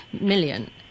million